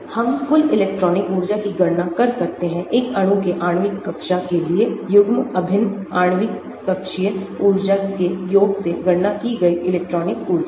हम कुल इलेक्ट्रॉनिक ऊर्जा की गणना कर सकते हैं एक अणु के आणविक कक्षा के लिए युग्मन अभिन्न आणविक कक्षीय ऊर्जा के योग से गणना की गई इलेक्ट्रॉनिक ऊर्जा